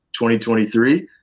2023 –